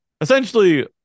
essentially